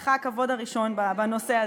לך הכבוד הראשון בנושא הזה.